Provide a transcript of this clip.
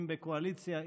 אם בקואליציה,